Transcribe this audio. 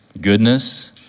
goodness